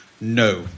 No